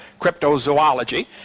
cryptozoology